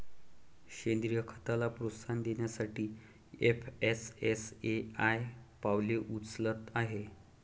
सेंद्रीय खताला प्रोत्साहन देण्यासाठी एफ.एस.एस.ए.आय पावले उचलत आहे